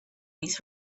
these